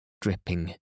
dripping